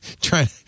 trying